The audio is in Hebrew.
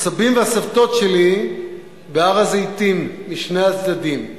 הסבים והסבתות שלי בהר-הזיתים משני הצדדים.